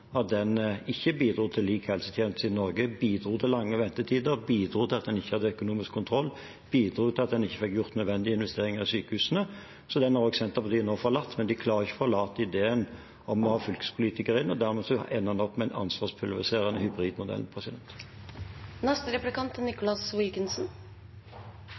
ikke bidro til lik helsetjeneste i Norge. Den bidro til lange ventetider, bidro til at en ikke hadde økonomisk kontroll, og bidro til at en ikke fikk gjort nødvendige investeringer i sykehusene. Så den har også Senterpartiet nå forlatt, men de klarer ikke å forlate idéen om å ha fylkespolitikere inn. Dermed ender man opp med en